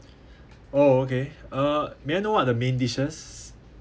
orh okay uh may I know what are the main dishes